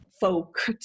folk